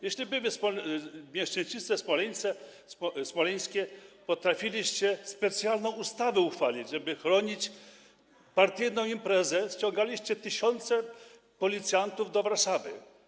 Kiedy były miesięcznice smoleńskie, potrafiliście specjalną ustawę uchwalić, żeby chronić partyjną imprezę, ściągaliście tysiące policjantów do Warszawy.